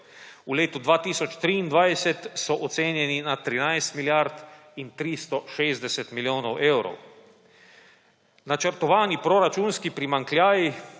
V letu 2023 so ocenjeni na 13 milijard in 360 milijonov evrov. Načrtovani proračunski primanjkljaj